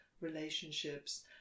relationships